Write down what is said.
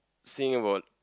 saying about